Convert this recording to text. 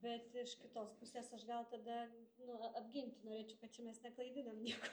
bet iš kitos pusės aš gal tada nu apginti norėčiau kad čia mes neklaidinam nieko